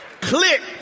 Click